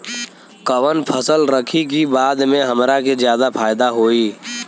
कवन फसल रखी कि बाद में हमरा के ज्यादा फायदा होयी?